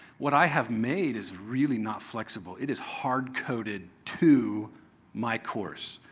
what i have made is really not flexible. it is hard-coded to my course.